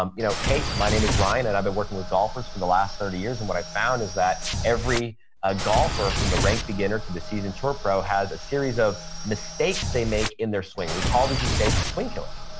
um you know hey, my name is ryan and i've been working with golfers for the last thirty years. and what i found is that every ah golfer from the rank beginner to the season tour pro has a series of mistakes they make in their swing. we call these mistakes swing killers.